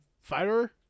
fighter